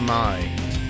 mind